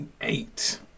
Eight